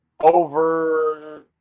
over